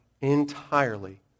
entirely